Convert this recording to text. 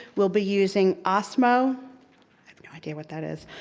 will be using osmo, i have no idea what that is,